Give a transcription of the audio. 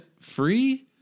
Free